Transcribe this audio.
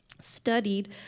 studied